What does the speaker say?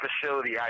facility